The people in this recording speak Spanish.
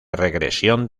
regresión